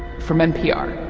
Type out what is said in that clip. from npr